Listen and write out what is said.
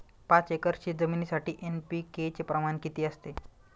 पाच एकर शेतजमिनीसाठी एन.पी.के चे प्रमाण किती असते?